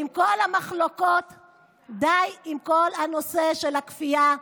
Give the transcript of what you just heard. עם כל המחלוקות, די עם כל הנושא של הכפייה.